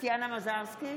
טטיאנה מזרסקי,